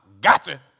gotcha